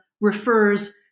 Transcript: refers